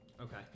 okay